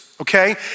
Okay